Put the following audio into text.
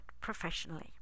professionally